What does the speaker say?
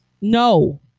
No